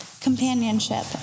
companionship